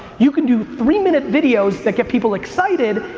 you can do three minute videos that get people excited,